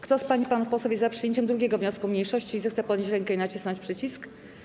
Kto z pań i panów posłów jest za przyjęciem 2. wniosku mniejszości, zechce podnieść rękę i nacisnąć przycisk.